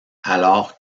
alors